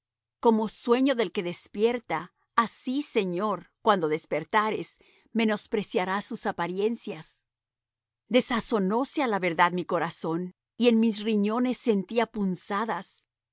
como sueño del que despierta así señor cuando despertares menospreciarás sus apariencias desazonóse á la verdad mi corazón y en mis riñones sentía punzadas